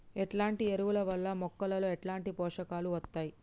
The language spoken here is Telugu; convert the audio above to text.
ఎట్లాంటి ఎరువుల వల్ల మొక్కలలో ఎట్లాంటి పోషకాలు వత్తయ్?